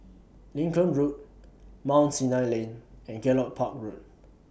Lincoln Road Mount Sinai Lane and Gallop Park Road